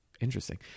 Interesting